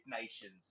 Nations